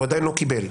הוא עדיין לא קיבל.